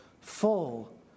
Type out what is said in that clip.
full